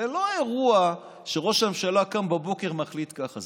זה לא אירוע שראש הממשלה קם בבוקר, מחליט ככה.